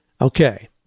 Okay